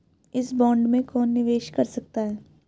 इस बॉन्ड में कौन निवेश कर सकता है?